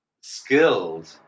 skilled